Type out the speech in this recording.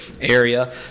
area